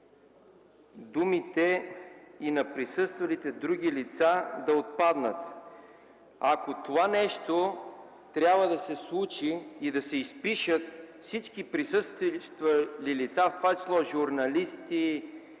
думите „и на присъствалите други лица” да отпаднат. Ако това нещо трябва да се случи и да се изпишат всички присъствали лица, в това число журналисти,